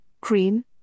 cream